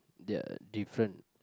they are different